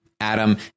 Adam